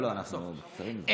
לא, לא, אנחנו קצרים מדי.